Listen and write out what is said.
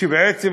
שבעצם,